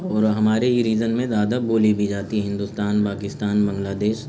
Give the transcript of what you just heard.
اور ہمارے ہی ریجن میں زیادہ بولی بھی جاتی ہے ہندوستان پاکستان بنگلہ دیش